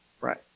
Right